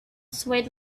swayed